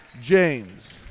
James